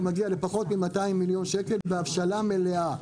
אתה מגיע לפחות מ-200 מיליון שקל בהבשלה מלאה,